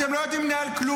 אתם לא יודעים כלום.